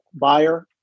buyer